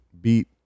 beat